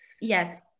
Yes